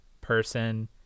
person